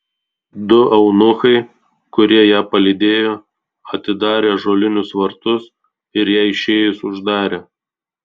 du eunuchai kurie ją palydėjo atidarė ąžuolinius vartus ir jai išėjus uždarė